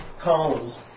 columns